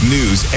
News